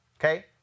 okay